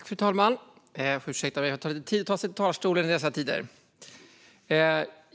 Fru talman!